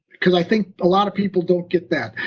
because i think a lot of people don't get that,